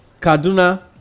Kaduna